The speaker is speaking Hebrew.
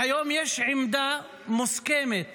והיום יש עמדה מוסכמת